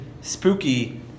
Spooky